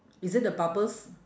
is it the bubbles